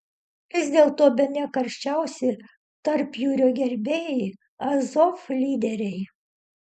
vis dėlto bene karščiausi tarpjūrio gerbėjai azov lyderiai